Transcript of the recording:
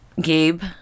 Gabe